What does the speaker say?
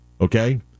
okay